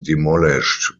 demolished